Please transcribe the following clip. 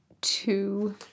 Two